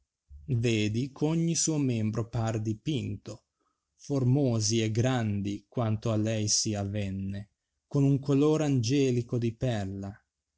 vedi ch ogni sao membro par depinto formosi e grandi quanto a lei si a v vene gou un color angelico di perla